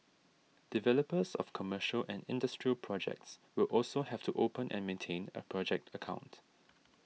developers of commercial and industrial projects will also have to open and maintain a project account